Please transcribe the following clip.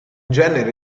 genere